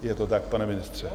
Je to tak, pane ministře.